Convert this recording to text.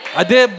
ade